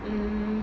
mm